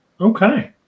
Okay